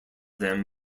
them